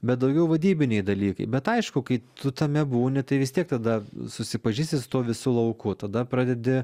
bet daugiau vadybiniai dalykai bet aišku kai tu tame būni tai vis tiek tada susipažįsti su tuo visu lauku tada pradedi